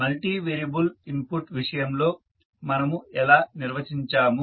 multi variable input విషయంలో మనము ఎలా నిర్వచించాము